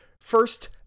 First